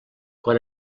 quan